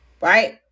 right